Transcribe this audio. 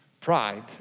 pride